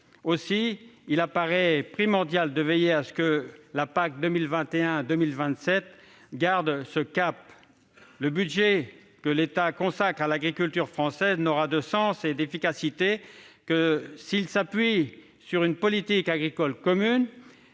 Aussi paraît-il primordial de veiller à ce que la PAC 2021-2027 garde ce cap. Le budget que l'État consacre à l'agriculture française n'aura de sens et d'efficacité que s'il s'appuie sur une politique agricole commune